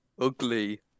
Ugly